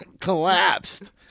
collapsed